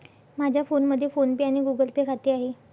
माझ्या फोनमध्ये PhonePe आणि गुगल पे खाते आहे